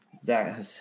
Zach